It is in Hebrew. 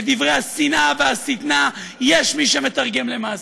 את דברי השנאה והשטנה, יש מי שמתרגם למעשים.